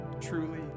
truly